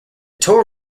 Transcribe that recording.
tour